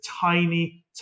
tiny